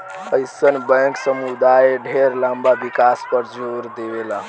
अइसन बैंक समुदाय ढेर लंबा विकास पर जोर देवेला